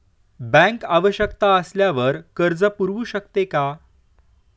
Bank आवश्यकता असल्यावर कर्ज पुरवू शकते का?